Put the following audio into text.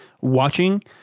watching